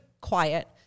quiet